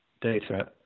data